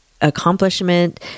accomplishment